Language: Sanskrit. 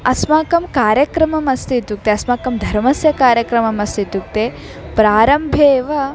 अस्माकं कार्यक्रमम् अस्ति इत्युक्ते अस्माकं धर्मस्य कार्यक्रमम् अस्ति इत्युक्ते प्रारम्भे एव